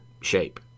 shape